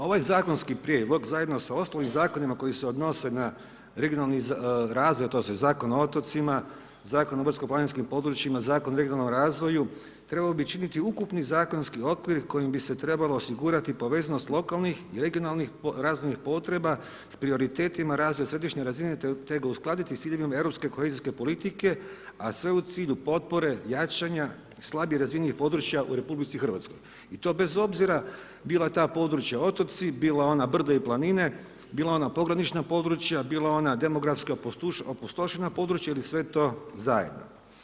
Ovaj zakonski prijedlog zajedno sa ostalim zakona koji se odnose na regionalni razvoj a to su i Zakon o otocima, Zakon o brdsko-planinskim područjima, Zakon o regionalnom razvoju, trebao bi činiti ukupni zakonski okvir kojim bi se trebalo osigurati povezanost lokalnih i regionalnih razvojnih potreba s prioritetima razvoja središnje razine te ga uskladiti sa … europske … politike, sve u cilju jačanja, slabije razvijenih područja u RH i to bez obzira bila ta područja otoci, bila ona brdo i planine, bila onda pogranična područja, bila ona demografska opustošena područja ili sve to zajedno.